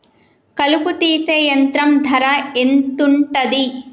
కలుపు తీసే యంత్రం ధర ఎంతుటది?